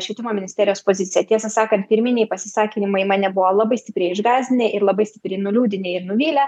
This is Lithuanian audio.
švietimo ministerijos poziciją tiesą sakant pirminiai pasisakymai mane buvo labai stipriai išgąsdinę ir labai stipriai nuliūdinę ir nuvylę